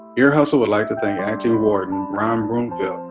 ear hustle would like to thank acting warden ron broomfield.